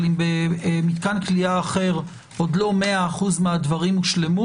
אבל אם במתקן כליאה אחר עוד לא 100% מהדברים הושלמו